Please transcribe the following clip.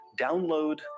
download